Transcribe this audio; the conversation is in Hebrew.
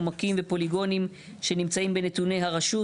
עומקים ופוליגונים שנמצאים בנתוני הרשות,